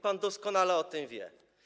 Pan doskonale o tym wie.